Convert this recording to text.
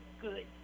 good